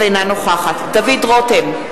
אינה נוכחת דוד רותם,